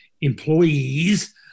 employees